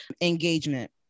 engagement